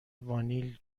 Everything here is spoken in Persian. وانیل